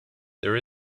there